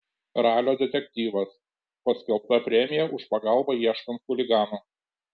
ralio detektyvas paskelbta premija už pagalbą ieškant chuliganų